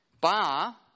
Bar